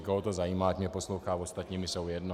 Koho to zajímá, ať mě poslouchá, ostatní mi jsou jedno.